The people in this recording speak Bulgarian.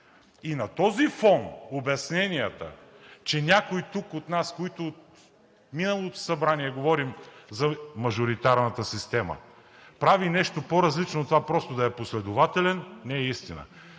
И на този фон обясненията, че някой тук от нас, които от миналото Събрание говорим за мажоритарната система, прави нещо по-различно от това просто да е последователен, не е истина.